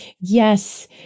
yes